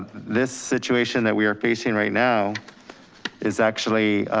this situation that we are facing right now is actually